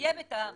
לסיים את הסוגיה.